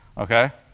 ok?